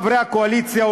חברי הקואליציה,